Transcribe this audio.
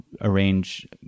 arrange